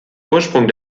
ursprung